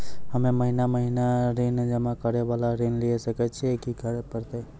हम्मे महीना महीना ऋण जमा करे वाला ऋण लिये सकय छियै, की करे परतै?